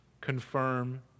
confirm